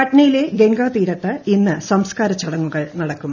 പട്നയിലെ ഗംഗാതീരത്ത് ഇന്ന് സംസ്കാരചടങ്ങുകൾ നടക്കും